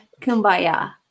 Kumbaya